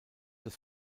des